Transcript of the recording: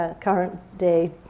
current-day